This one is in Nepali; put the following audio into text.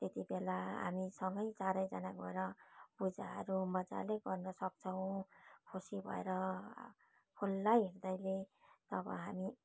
त्यतिबेला हामीसँगै चारैजना गएर पूजाहरू मज्जाले गर्न सक्छौँ खुसी भएर खुल्ला हृदयले तब हामी